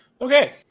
Okay